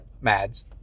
Mads